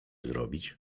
zrobić